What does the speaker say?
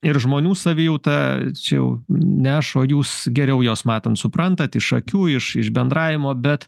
ir žmonių savijautą čia jau ne aš o jūs geriau juos matant suprantat iš akių iš iš bendravimo bet